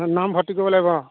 নামভৰ্তি কৰিব লাগিব অ